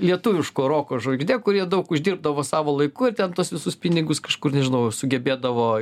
lietuviško roko žvaigždė kurie daug uždirbdavo savo laiku ir ten tuos visus pinigus kažkur nežinau sugebėdavo